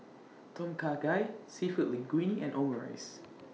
Tom Kha Gai Seafood Linguine and Omurice